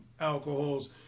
alcohols